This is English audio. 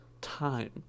time